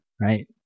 right